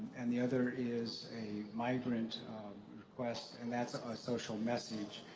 and the other is a migrant request, and that's a social message.